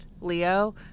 Leo